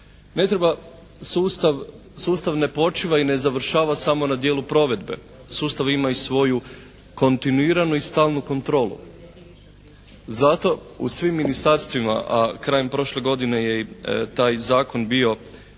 Ne treba sustav, sustav ne počiva i ne završava samo na dijelu provedbe. Sustav ima i svoju kontinuiranu i stalnu kontrolu. Zato u svim ministarstvima, a krajem prošle godine je i taj zakon bio